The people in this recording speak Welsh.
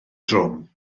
drwm